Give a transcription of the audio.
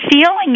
feeling